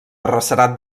arrecerat